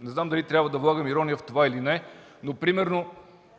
Не знам дали трябва да влагам ирония в това или не, но примерно